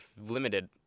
limited